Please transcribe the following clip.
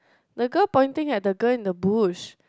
the girl pointing at the girl in the bush